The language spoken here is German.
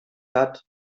hat